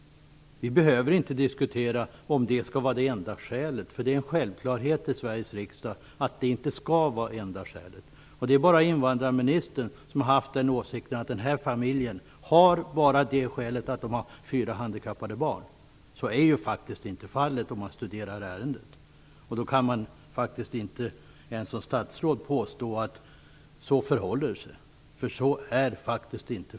Vi behöver inte diskutera om det skall vara det enda skälet, för det är en självklarhet i Sveriges riksdag att det inte skall vara enda skälet. Det är bara invandrarministern som har haft den åsikten att den här familjen bara har det skälet att de har fyra handikappade barn. Så är inte fallet, vilket man ser om man studerar ärendet. Man kan faktiskt inte ens som statsråd påstå att det förhåller sig så.